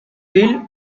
hill